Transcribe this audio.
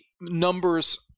numbers